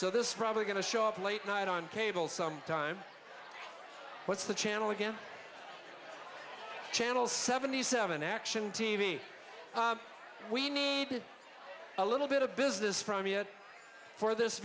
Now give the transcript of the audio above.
so this is probably going to show up late night on cable some time what's the channel again channel seventy seven action t v we need a little bit of business from here for this